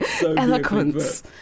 eloquence